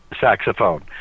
saxophone